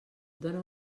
dóna